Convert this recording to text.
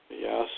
Yes